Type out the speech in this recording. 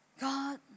God